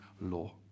law